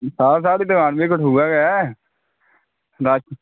साहब साढ़ी दुकान बी कठुआ गै